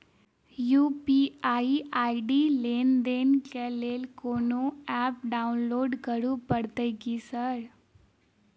UPI ID लेनदेन केँ लेल कोनो ऐप डाउनलोड करऽ पड़तय की सर?